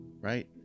right